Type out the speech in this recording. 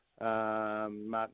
Martin